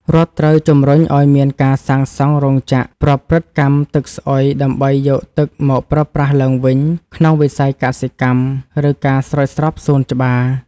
រដ្ឋត្រូវជំរុញឱ្យមានការសាងសង់រោងចក្រប្រព្រឹត្តកម្មទឹកស្អុយដើម្បីយកទឹកមកប្រើប្រាស់ឡើងវិញក្នុងវិស័យកសិកម្ម ឬការស្រោចស្រពសួនច្បារ។